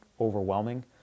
overwhelming